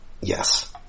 Yes